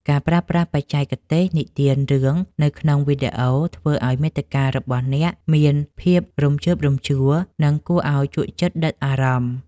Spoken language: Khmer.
ការប្រើប្រាស់បច្ចេកទេសនិទានរឿងនៅក្នុងវីដេអូ ធ្វើឱ្យមាតិការបស់អ្នកមានភាពរំជើបរំជួល និងគួរឱ្យជក់ចិត្តដិតអារម្មណ៍។